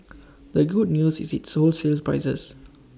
the good news is its wholesale prices